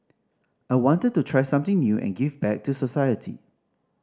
I wanted to try something new and give back to society